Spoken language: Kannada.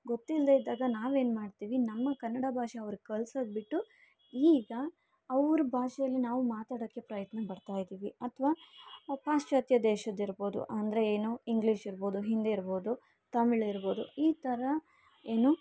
ಗೊತ್ತಿಲ್ಲದೇ ಇದ್ದಾಗ ನಾವೇನು ಮಾಡ್ತೀವಿ ನಮ್ಮ ಕನ್ನಡ ಭಾಷೆ ಅವ್ರಿಗೆ ಕಲಿಸೋದು ಬಿಟ್ಟು ಈಗ ಅವ್ರ ಭಾಷೆಲಿ ನಾವು ಮಾತಾಡೋಕ್ಕೆ ಪ್ರಯತ್ನ ಪಡ್ತಾಯಿದ್ದೀವಿ ಅಥ್ವಾ ಪಾಶ್ಚಾತ್ಯ ದೇಶದ್ದಿರಬೋದು ಅಂದರೆ ಏನು ಇಂಗ್ಲೀಷ್ ಇರಬೋದು ಹಿಂದಿ ಇರಬೋದು ತಮಿಳು ಇರಬೋದು ಈ ಥರ ಏನು